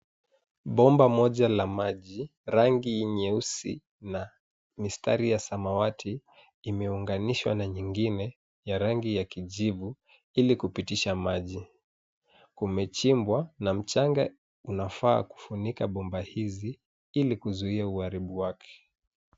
Bomba moja la maji, rangi nyeusi na mistari ya samawati imeunganishwa na nyingine ya rangi ya kijivu ili kupitisha maji. Kumechimbwa na mchanga inafaa kufunika bomba hizi ili kuzuia uharibu wake.